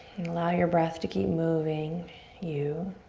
and allow your breath to keep moving you.